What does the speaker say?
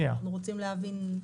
אנחנו רוצים להבין.